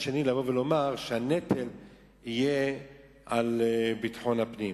שני לומר שהנטל יהיה על ביטחון הפנים.